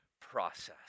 process